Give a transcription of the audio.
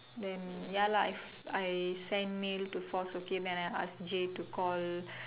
then ya lah I I send mail to force okay then I ask J to call